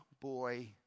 boy